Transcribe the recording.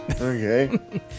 Okay